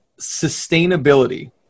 sustainability